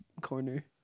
corner